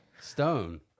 Stone